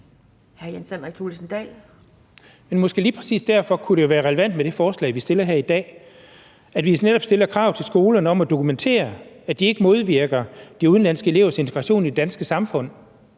Måske lige præcis derfor kunne det være relevant med det her forslag, vi har fremsat, hvor vi netop stiller krav til skolerne om at dokumentere, at de ikke modvirker de udenlandske elevers integration i det danske samfund.